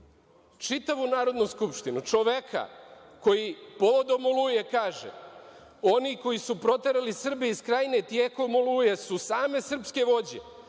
čitavu Narodnu skupštinu, čoveka koji povodom „Oluje“ kaže – oni koji su proterali Srbe iz Krajine, tjekom „Oluje“ su same srpske vođe,